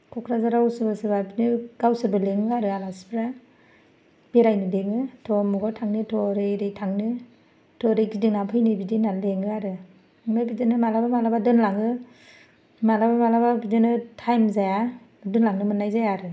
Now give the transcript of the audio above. क'क्राझाराव सोरबा सोरबा बिदिनो गावसोरबो लिङो आरो आलासिफ्रा बेरायनो लिङो थ' अमुखाव थांनि थ' ओरै ओरै थांनो थ' ओरै गिदिंना फैनि बिदि होननानै लिङो आरो ओमफाय बिदिनो मालाबा मालाबा दोनलाङो मालाबा मालाबा बिदिनो टाइम जाया दोनलांनो मोननाय जाया आरो